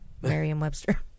Merriam-Webster